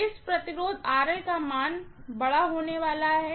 इस रेजिस्टेंस का मान बड़ा होने वाला है